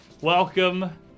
Welcome